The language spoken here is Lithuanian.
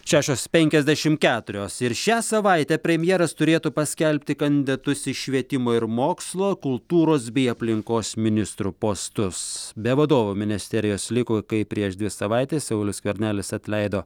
šešios penkiasdešim keturios ir šią savaitę premjeras turėtų paskelbti kandidatus į švietimo ir mokslo kultūros bei aplinkos ministrų postus be vadovo ministerijos liko kai prieš dvi savaites saulius skvernelis atleido